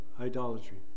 idolatry